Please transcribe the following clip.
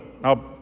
now